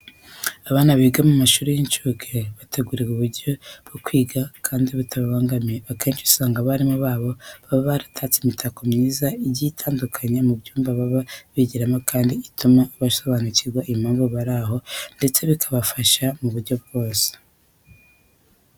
Abana biga mu mashuri y'incuke bategurirwa uburyo bwo kwigamo kandi butababangamiye. Akenshi usanga abarimu babo baba baratatse imitako myiza igiye itandukanye mu byumba baba bigiramo kandi bituma basobanukirwa impamvu bari aho ndetse bikabafasha mu buryo bwose.